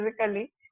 physically